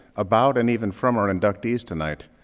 about and even from our inductees tonight.